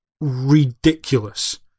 ridiculous